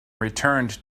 returned